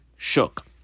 Shook